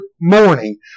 morning